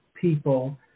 people